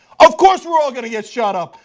of course we are all going to get shot um